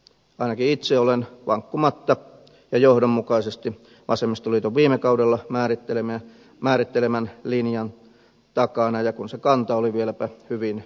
ainakin itse olen vankkumatta ja johdonmukaisesti vasemmistoliiton viime kaudella määrittelemän linjan takana kun se kanta oli vieläpä hyvin perusteltu